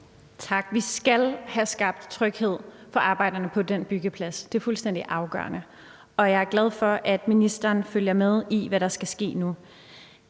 Tak. Vi skal have skabt tryghed for arbejderne på den byggeplads. Det er fuldstændig afgørende, og jeg er glad for, at ministeren følger med i, hvad der skal ske nu.